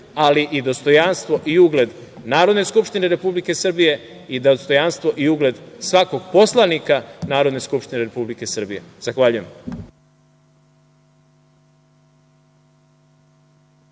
ali i dostojanstvo i ugled Narodne skupštine Republike Srbije i dostojanstvo i ugled svakog poslanika Narodne skupštine Republike Srbije. Zahvaljujem.